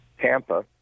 Tampa